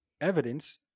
evidence